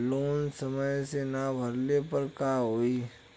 Loan समय से ना भरले पर का होयी?